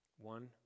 One